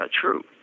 true